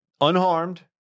unharmed